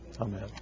Amen